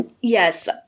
Yes